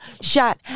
shot